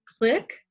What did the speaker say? click